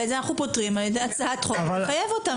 ואת זה אנחנו פותרים על ידי הצעת חוק שתחייב אותם.